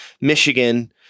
michigan